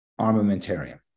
armamentarium